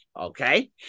Okay